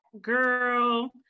girl